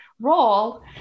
role